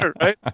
Right